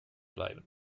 bleiben